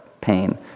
pain